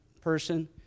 person